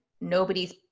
nobody's